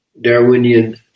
Darwinian